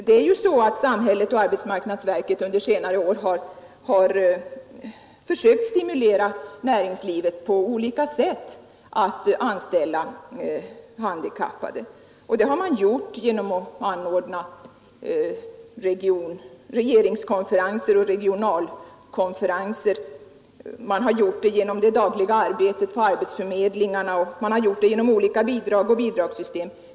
Det är ju så att samhället och arbetsmarknadsverket under senare år har försökt stimulera näringslivet på olika sätt att anställa handikappade. Det har man gjort genom att anordna regeringskonferenser och regionalkonferenser. Man har gjort det genom det dagliga arbetet på arbetsförmedlingarna, och man har gjort det genom olika bidrag och bidragssystem.